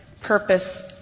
purpose